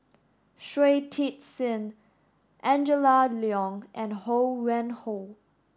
Shui Tit Sing Angela Liong and Ho Yuen Hoe